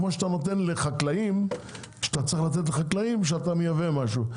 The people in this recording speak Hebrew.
כמו שאתה צריך לתת לחקלאים כשאתה מייבא משהו.